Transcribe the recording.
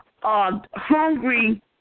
hungry